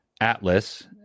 Atlas